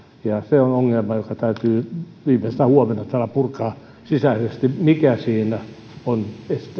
ja se on ongelma joka täytyy viimeistään huomenna täällä purkaa sisäisesti se mikä siinä on